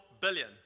billion